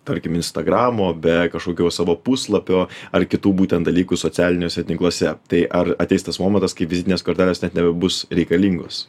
tarkim instagramo be kažkokios savo puslapio ar kitų būtent dalykų socialiniuose tinkluose tai ar ateis tas momentas kai vizitinės kortelės net nebebus reikalingos